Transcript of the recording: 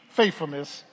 faithfulness